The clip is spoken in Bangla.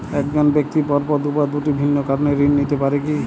এক জন ব্যক্তি পরপর দুবার দুটি ভিন্ন কারণে ঋণ নিতে পারে কী?